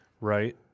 right